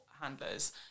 handlers